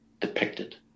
depicted